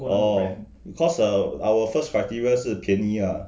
oh cause eh our first criteria 是便宜啊